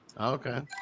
Okay